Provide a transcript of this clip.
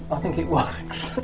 i think it works!